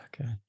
okay